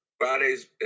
Fridays